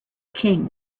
king